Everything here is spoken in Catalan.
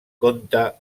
compte